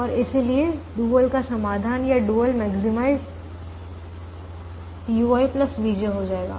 और इसीलिए डुअल समाधान या डुअल मैक्सिमाइज uivj हो जाएगा